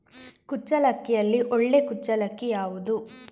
ಕುಚ್ಚಲಕ್ಕಿಯಲ್ಲಿ ಒಳ್ಳೆ ಕುಚ್ಚಲಕ್ಕಿ ಯಾವುದು?